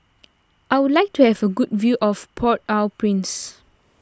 I would like to have a good view of Port Au Prince